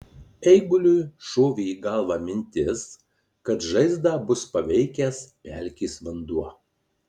eiguliui šovė į galvą mintis kad žaizdą bus paveikęs pelkės vanduo